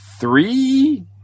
three